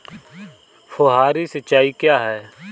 फुहारी सिंचाई क्या है?